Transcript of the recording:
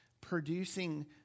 producing